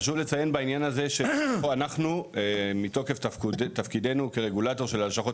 חשוב לציין בעניין הזה שאנחנו מתוקף תפקידנו כרגולטור של הלשכות